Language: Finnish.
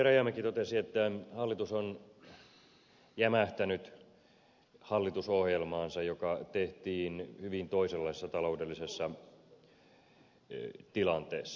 rajamäki totesi että hallitus on jämähtänyt hallitusohjelmaansa joka tehtiin hyvin toisenlaisessa taloudellisessa tilanteessa